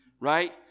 Right